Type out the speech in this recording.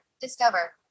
Discover